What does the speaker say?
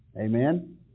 Amen